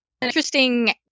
Interesting